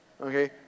Okay